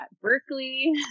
berkeley